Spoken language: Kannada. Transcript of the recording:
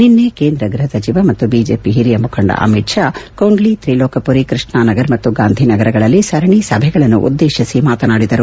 ನಿನ್ನೆ ಕೇಂದ್ರ ಗ್ಬಹ ಸಚಿವ ಮತ್ತು ಬಿಜೆಪಿ ಹಿರಿಯ ಮುಖಂಡ ಅಮಿತ್ ಶಾ ಕೊಂಡ್ಲಿ ತ್ರಿಲೋಕಪುರಿ ಕೃಷ್ಣಾನಗರ್ ಮತ್ತು ಗಾಂಧಿನಗರಗಳಲ್ಲಿ ಸರಣಿ ಸಭೆಗಳನ್ನು ಉದ್ದೇಶಿಸಿ ಮಾತನಾದಿದರು